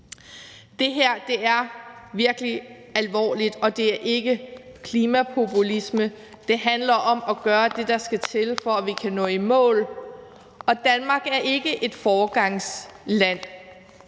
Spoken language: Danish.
Det her er virkelig alvorligt, og det er ikke klimapopulisme, men det handler om at gøre det, der skal til, for at vi kan nå i mål, og Danmark er ikke et foregangsland.